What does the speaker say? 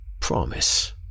Promise